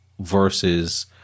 versus